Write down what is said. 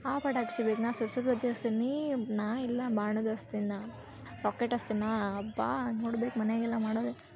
ಆ ಪಟಾಕಿ ಬೇಕು ನಾ ಸುರ್ಸುರು ಬತ್ತಿ ಹಚ್ತೇನೆ ನೀ ನಾ ಇಲ್ಲ ಬಾಣದ್ದು ಹಚ್ತೇನ್ ನಾ ರಾಕೆಟ್ ಅಸ್ತೆ ನಾ ಅಬ್ಬಾ ನೋಡ್ಬೇಕು ಮನೆಗೆಲ್ಲ ಮಾಡೋದೆ